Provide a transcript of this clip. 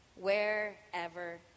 wherever